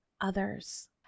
others